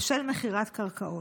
בשל מכירת קרקעות.